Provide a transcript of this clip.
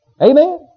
Amen